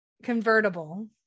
convertible